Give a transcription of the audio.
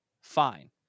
fine